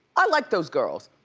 i like those girls.